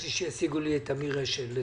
שישיגו לי את אמיר אשל,